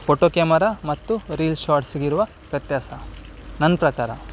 photo camera ಮತ್ತು reel ಶಾರ್ಟ್ಸಿಗಿರುವ ವ್ಯತ್ಯಾಸ ನನ್ನ ಪ್ರಕಾರ